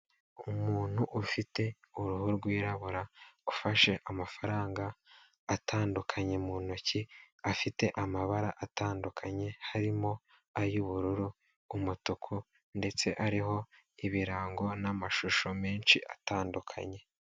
Umuntu ufite uruhu rwirabura ufashe amafaranga atandukanye mu ntoki afite amabara atandukanye harimo ay'ubururu umutuku ndetse ariho ibirango n'amashusho menshi atandukanye.